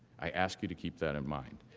i ask you to keep that in mind.